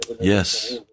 Yes